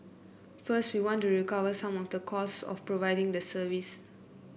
first we want to recover some of the cost of providing the service